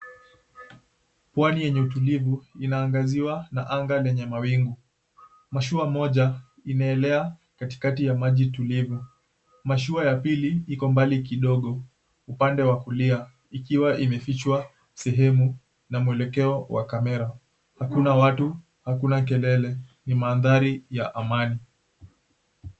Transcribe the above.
Pwani yenye utulivu inaangaziwa na anga lenye mawingu. Mashua moja inaelea katikati ya maji tulivu, mashua ya pili iko mbali kidogo upande wa kulia ikiwa imefichwa sehemu na mwelekeo wa kamera. Hakuna watu, hakuna kelele ni mandhari ya amani.